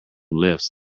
lifts